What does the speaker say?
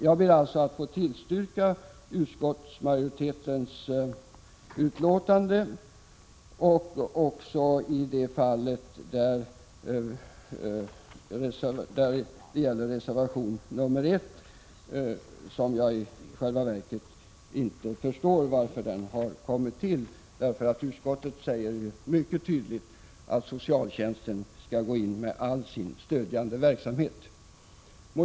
Jag ber att få tillstyrka utskottsmajoritetens förslag, också i fråga om reservation 1 — jag förstår i själva verket inte varför den har kommit till. Utskottet säger ju mycket tydligt att socialtjänsten skall gå in med all sin stödjande verksamhet.